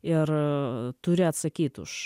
ir turi atsakyt už